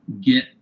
get